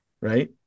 Right